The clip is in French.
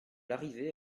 larrivé